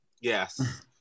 Yes